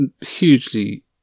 Hugely